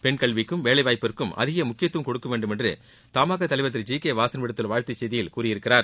பெண் கல்விக்கும் வேலைவாய்ப்பிற்கும் அதிக முக்கியத்துவம் கொடுக்க வேண்டும் என்று தமாகா தலைவர் ஜி கே வாசன் விடுத்துள்ள வாழ்த்துச் செய்தியில் கூறியுள்ளார்